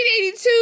1982